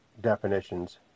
definitions